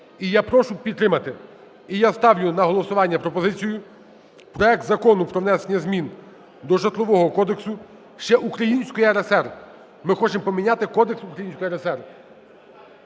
І я прошу підтримати. І я ставлю на голосування пропозицію проект Закону про внесення змін до Житлового кодексу ще Української РСР. Ми хочемо поміняти кодекс Української РСР,